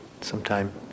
Sometime